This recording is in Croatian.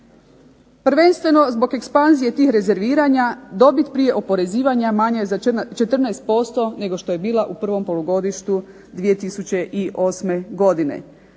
Prvenstveno zbog ekspanzije tih rezerviranja dobit prije oporezivanja manje je za 14% nego što je bila u prvom polugodištu 2008. godine.